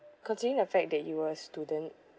considering the fact that you are a student